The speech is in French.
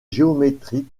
géométrique